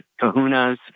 kahunas